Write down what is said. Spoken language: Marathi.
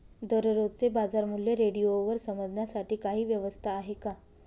दररोजचे बाजारमूल्य रेडिओवर समजण्यासाठी काही व्यवस्था आहे का?